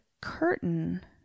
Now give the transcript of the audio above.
curtain